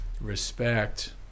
respect